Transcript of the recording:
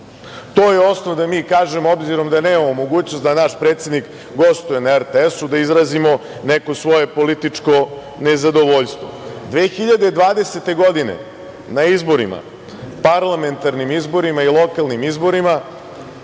To je osnov da mi kažemo, obzirom da nemamo mogućnost da naš predsednik gostuje na RTS-u, da izrazimo neko svoje političko nezadovoljstvo. Godine 2020. na izborima, parlamentarnim izborima i lokalnim izborima,